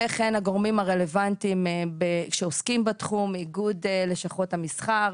וכן הגורמים הרלוונטיים שעוסקים בתחום איגוד לשכות המסחר,